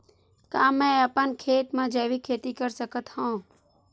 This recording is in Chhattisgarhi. का मैं अपन खेत म जैविक खेती कर सकत हंव?